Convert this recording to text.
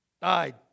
Died